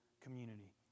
community